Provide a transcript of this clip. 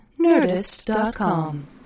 nerdist.com